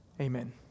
Amen